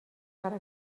cara